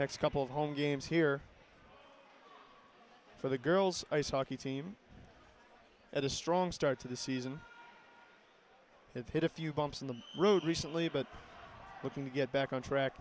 next couple of home games here for the girls ice hockey team at a strong start to the season and hit a few bumps in the road recently but looking to get back on track